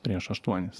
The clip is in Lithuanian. prieš aštuonis